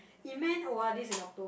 Eman o_r_d is in Octo~